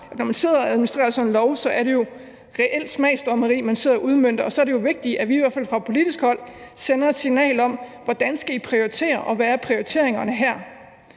når man sidder og administrerer sådan en lov, er det jo reelt smagsdommeri, man sidder og udmønter, og så er det vigtigt, at vi i hvert fald fra politisk hold sender et signal, der hedder: Hvordan skal I prioritere? Hvad er prioriteringerne her?